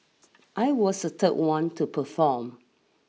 I was the third one to perform